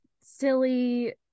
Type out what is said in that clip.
silly